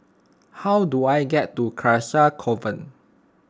how do I get to Carcasa Convent